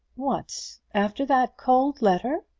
what after that cold letter?